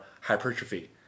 hypertrophy